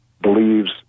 believes